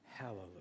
Hallelujah